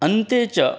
अन्ते च